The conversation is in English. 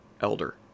elder